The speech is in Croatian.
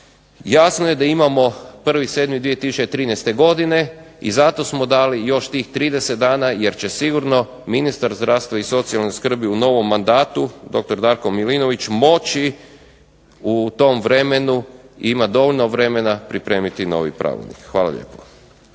jasno je da imamo 1.7.2013. godine i zato smo dali još tih 30 dana jer će sigurno ministar zdravstva i socijalne skrbi u novom mandatu, dr. Darko Milinović moći u tom vremenu imati dovoljno vremena pripremiti i novi Pravilnik. Hvala lijepo.